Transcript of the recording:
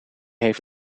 heeft